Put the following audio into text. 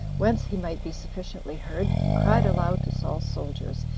whence he might be sufficiently heard, he cried aloud to saul's soldiers,